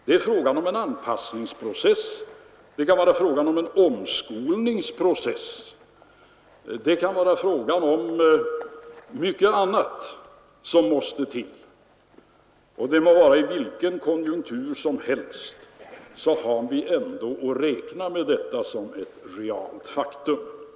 Det är fråga om en anpassningsprocess, det kan vara fråga om en omskolningsprocess, det kan vara fråga om mycket annat som måste till. Det må vara vilken konjunktur som helst, vi har ändå att räkna med detta som ett reellt faktum.